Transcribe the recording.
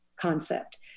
concept